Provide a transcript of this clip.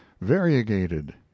variegated